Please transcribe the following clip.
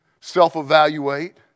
self-evaluate